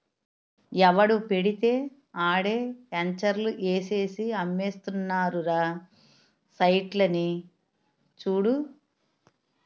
ఎవడు పెడితే ఆడే ఎంచర్లు ఏసేసి అమ్మేస్తున్నారురా సైట్లని చూడు